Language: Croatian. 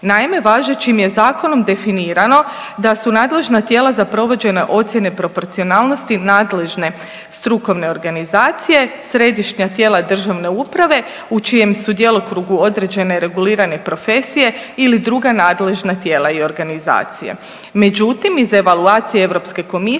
Naime, važećim je zakonom definirano da su nadležna tijela za provođenje ocjene proporcionalnosti nadležne strukovne organizacije Središnja tijela državne uprave u čijem su djelokrugu određene regulirane profesije ili druga nadležna tijela i organizacije. Međutim, iz evaluacija Europske komisije